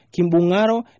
Kimbungaro